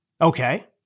Okay